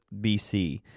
BC